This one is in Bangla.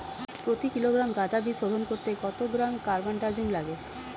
প্রতি কিলোগ্রাম গাঁদা বীজ শোধন করতে কত গ্রাম কারবানডাজিম লাগে?